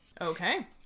Okay